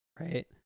Right